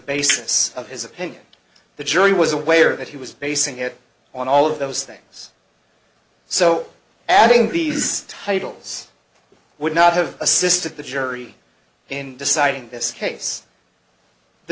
basis of his opinion the jury was away or that he was basing it on all of those things so adding these titles would not have assisted the jury in deciding this case the